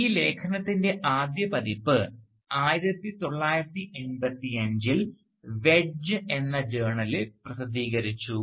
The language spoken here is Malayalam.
ഈ ലേഖനത്തിൻറെ ആദ്യ പതിപ്പ് 1985 ൽ വെഡ്ജ് എന്ന ജേണലിൽ പ്രസിദ്ധീകരിച്ചു